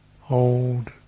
hold